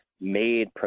made